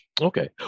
Okay